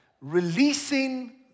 releasing